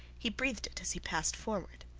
he breathed it as he passed forward.